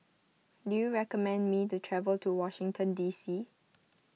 do you recommend me to travel to Washington D C